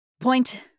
Point